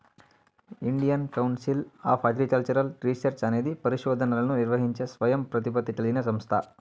Indian Council of Agricultural Research అనేది పరిశోధనలను నిర్వహించే స్వయం ప్రతిపత్తి కలిగిన సంస్థ